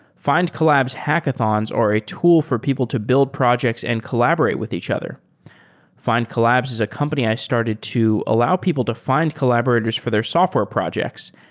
findcollabs hackathons or a tool for people to build projects and collaborate with each other findcollabs is a company i started to allow people to find collaborators for their software projects,